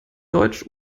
deutsch